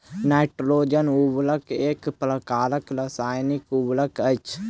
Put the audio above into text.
nitrogen उर्वरक एक प्रकारक रासायनिक उर्वरक अछि